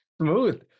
smooth